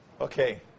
Okay